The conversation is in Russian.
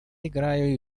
играю